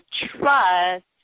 trust